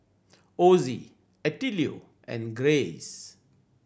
Ossie Attilio and Grayce